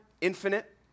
Infinite